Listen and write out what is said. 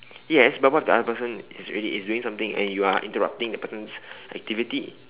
yes but what if the other person is already is doing something and you are interrupting the person's activity